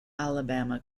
alabama